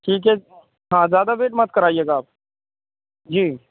ٹھیک ہے ہاں زیادہ ویٹ مت کرائیے گا آپ جی